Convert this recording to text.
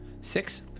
six